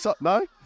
No